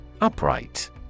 Upright